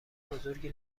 بزرگی